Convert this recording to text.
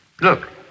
Look